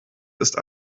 ist